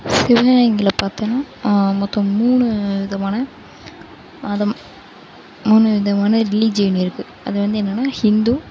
சிவகங்கையில பார்த்தோன்னா மொத்தம் மூணு விதமான மதம் மூணு விதமான ரிலீஜியன் இருக்கு அது வந்து என்னன்னா ஹிந்து